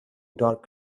dark